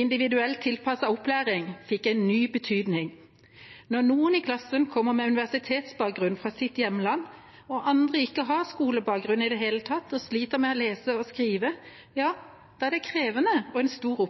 Individuelt tilpasset opplæring fikk en ny betydning. Når noen i klassen kommer med universitetsbakgrunn fra sitt hjemland og andre ikke har skolebakgrunn i det hele tatt og sliter med å lese og skrive, ja da er det krevende og en stor